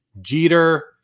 Jeter